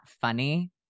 funny